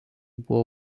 buvo